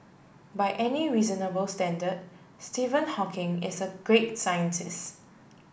by any reasonable standard Stephen Hawking is a great scientist